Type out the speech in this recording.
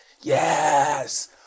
yes